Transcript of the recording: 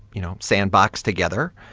you know, sandbox together